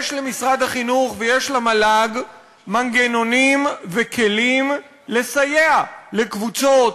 יש למשרד החינוך ויש למל"ג מנגנונים וכלים לסייע לקבוצות,